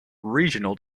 regional